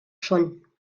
schon